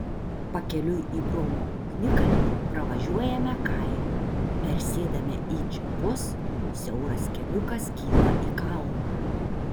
pakeliui į bromo ugnikalnį pravažiuojame kaimą persėdame į džipus siauras keliukas kyla į kalną